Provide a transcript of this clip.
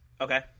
Okay